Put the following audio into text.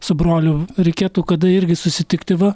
su broliu reikėtų kada irgi susitikti va